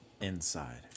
Inside